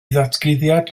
ddatguddiad